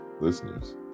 listeners